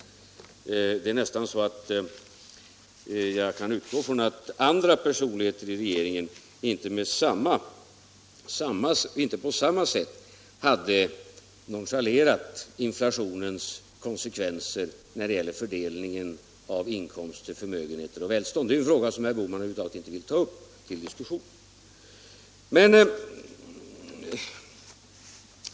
Jag tror nästan att jag kan utgå från att andra personligheter i regeringen inte på samma sätt hade nonchalerat inflationens konsekvenser när det gäller fördelningen av inkomster, förmögenhet och välstånd. Det är en fråga som herr Bohman över huvud taget inte vill ta upp till diskussion.